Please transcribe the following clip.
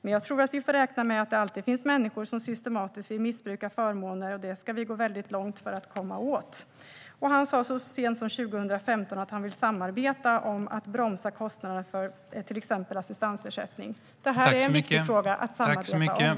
Men jag tror att vi får räkna med att det alltid finns människor som systematiskt vill missbruka förmåner, och det ska vi gå väldigt långt för att komma åt." Han sa så sent som 2015 att han vill samarbeta om att bromsa kostnaderna för till exempel assistansersättning. Detta är en viktig fråga att samarbeta om.